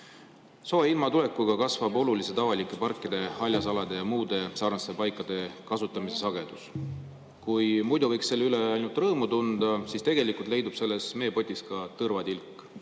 Sooja ilma tulekuga [suureneb] oluliselt avalike parkide, haljasalade ja muude sarnaste paikade kasutamise sagedus. Kui muidu võiks selle üle ainult rõõmu tunda, siis tegelikult leidub selles meepotis ka tõrvatilk.